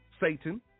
Satan